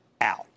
out